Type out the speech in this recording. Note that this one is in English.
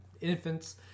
infants